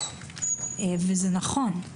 וזה נכון.